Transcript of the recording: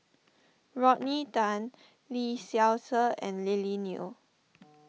Rodney Tan Lee Seow Ser and Lily Neo